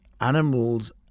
animals